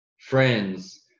friends